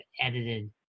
edited